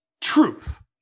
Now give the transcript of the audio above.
Truth